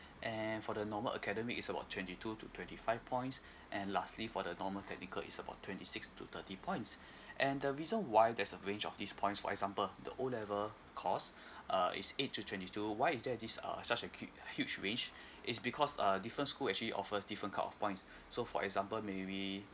and for the normal academic is about twenty two to twenty five points and lastly for the normal technical is about twenty six to thirty points and the reason why there's a range of these points for example the O level course uh is eight to twenty two why is there this err such a huge range it's because err different school actually offer different kind of points so for example maybe